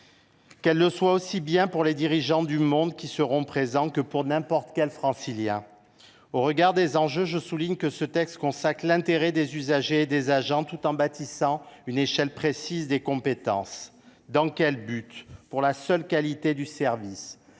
qu’elle le soit aussi bien pour les dirigeants du monde qui seront présents que pour n’importe quel Francilien. Au regard des enjeux, je souligne que ce texte consacre l’intérêt des usagers et des agents, tout en bâtissant une échelle précise des compétences. Dans quel but ? Pour la seule qualité du service.